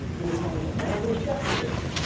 in a sign of american exceptionalism,